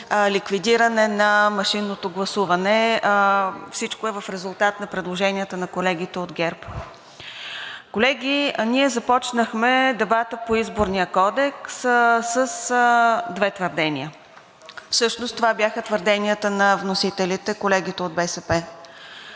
ликвидиране на машинното гласуване. Всичко е в резултат на предложенията на колегите от ГЕРБ. Колеги, ние започнахме дебата по Изборния кодекс с две твърдения. Всъщност това бяха твърденията на вносителите – колегите от БСП.